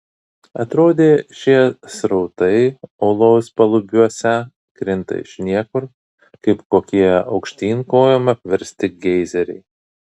atrodė šie srautai olos palubiuose krinta iš niekur kaip kokie aukštyn kojom apversti geizeriai